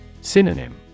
Synonym